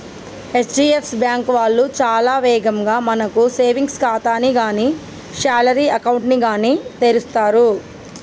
HDFC bank వాళ్ళు చాలా వేగంగా మనకు సేవింగ్స్ ఖాతాని గానీ శాలరీ అకౌంట్ ని గానీ తెరుస్తరు